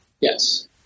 Yes